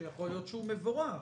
ויכול להיות שהוא מבורך,